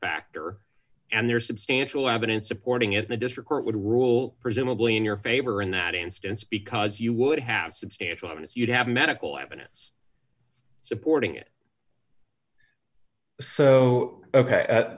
factor and there's substantial evidence supporting it in the district court would rule presumably in your favor in that instance because you would have substantial evidence you'd have medical evidence supporting it so